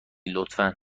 لطفا